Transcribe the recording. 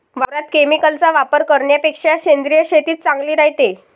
वावरात केमिकलचा वापर करन्यापेक्षा सेंद्रिय शेतीच चांगली रायते